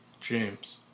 James